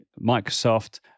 microsoft